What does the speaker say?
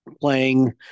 playing